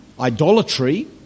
Idolatry